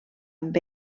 amb